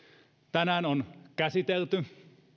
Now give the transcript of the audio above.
tänään asiaa on käsitelty